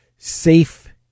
Safe